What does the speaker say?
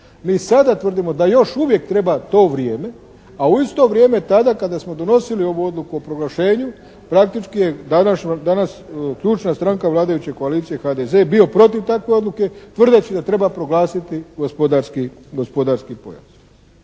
Mi sada tvrdimo da još uvijek treba to vrijeme, a u isto vrijeme tada kada smo donosili ovu odluku o proglašenju, praktički je danas ključna stranka vladajuće koalicije HDZ bio protiv takve odluke tvrdeći da treba proglasiti gospodarski pojas.